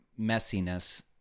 messiness